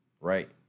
right